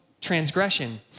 transgression